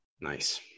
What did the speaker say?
Nice